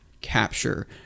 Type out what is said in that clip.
capture